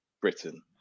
Britain